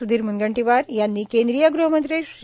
सुधीर मुनगंटीवार यांनी केंद्रीय गृहमंत्री श्री